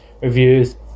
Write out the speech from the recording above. reviews